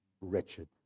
wretched